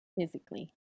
physically